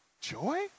Joy